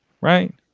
right